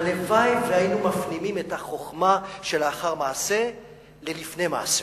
הלוואי שהיינו מפנימים את החוכמה שלאחר מעשה ללפני מעשה.